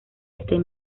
este